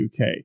UK